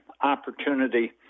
opportunity